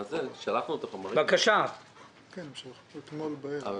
זה נשלח אתמול בערב.